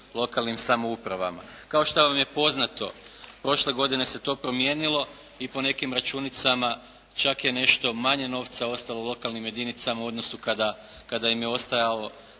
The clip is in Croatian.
lokalnim samoupravama. Kao što vam je poznato prošle godine se to promijenilo i po nekim računicama čak je nešto manje novca ostalo u lokalnim jedinicama u odnosu kada im je ostajalo